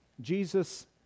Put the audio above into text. Jesus